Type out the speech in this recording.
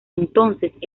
entonces